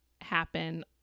happen